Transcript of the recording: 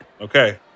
Okay